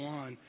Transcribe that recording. on